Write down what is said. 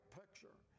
picture